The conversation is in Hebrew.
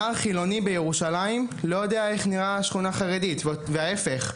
נער חילוני בירושלים לא יודע איך נראית שכונה חרדית וההפך.